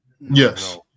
Yes